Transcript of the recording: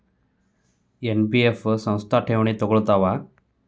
NBF ಸಂಸ್ಥಾ ಠೇವಣಿ ತಗೋಳ್ತಾವಾ?